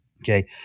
Okay